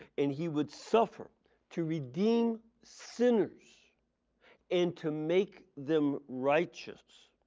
and he would suffer to redeem sinners and to make them righteous.